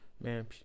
man